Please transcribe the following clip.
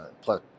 Plus